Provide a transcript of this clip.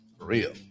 real